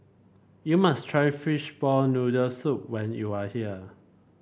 you must try Fishball Noodle Soup when you are here